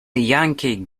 yankee